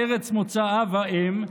על ארץ מוצא האב והאם,